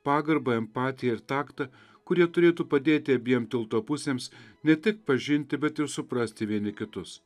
pagarbą empatiją ir taktą kurie turėtų padėti abiem tilto pusėms ne tik pažinti bet ir suprasti vieni kitus